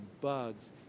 bugs